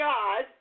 God